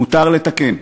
מותר לתקן.